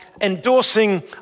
endorsing